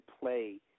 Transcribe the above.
play